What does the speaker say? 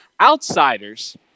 Outsiders